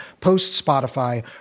post-Spotify